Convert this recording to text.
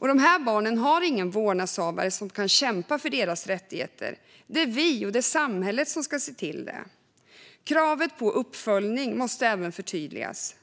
Dessa barn har ingen vårdnadshavare som kan kämpa för deras rättigheter, utan det är vi och samhället som ska se till det. Kravet på uppföljning måste även förtydligas.